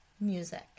music